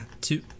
Two